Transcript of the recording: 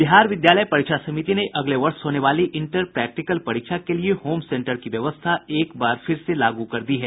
बिहार विद्यालय परीक्षा समिति ने अगले वर्ष होने वाली इंटर प्रैक्टिकल परीक्षा के लिए होम सेंटर की व्यवस्था एक बार फिर से लागू कर दी है